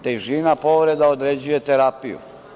Težina povreda određuje terapiju.